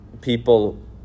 people